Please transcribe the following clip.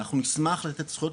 אנחנו נשמח לתת זכויות,